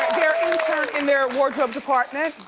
their intern in their wardrobe department.